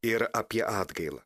ir apie atgailą